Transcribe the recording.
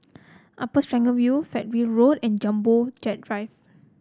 Upper Serangoon View Fernhill Road and Jumbo Jet Drive